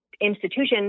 institutions